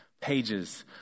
pages